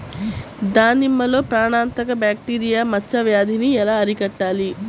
దానిమ్మలో ప్రాణాంతక బ్యాక్టీరియా మచ్చ వ్యాధినీ ఎలా అరికట్టాలి?